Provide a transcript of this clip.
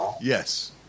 Yes